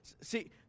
See